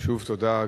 שוב תודה.